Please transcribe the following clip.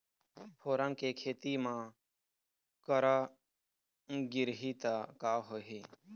फोरन के खेती म करा गिरही त का होही?